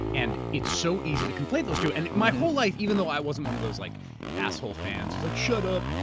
and it's so easy to conflate those two. and my whole life, even though i wasn't one of those like asshole fans that's like, shut up.